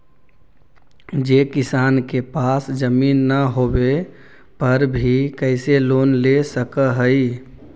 जे किसान के पास जमीन न होवे पर भी कैसे लोन ले सक हइ?